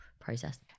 process